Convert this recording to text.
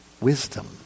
wisdom